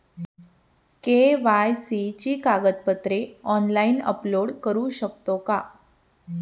KYC ची कागदपत्रे online upload करू शकतो का?